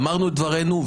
אמרנו את דברינו,